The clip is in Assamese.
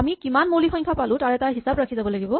আমি কিমান মৌলিক সংখ্যা পালো তাৰ এটা হিচাপ ৰাখি যাব লাগিব